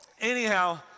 anyhow